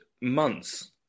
months